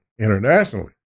internationally